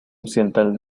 occidental